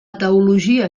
teologia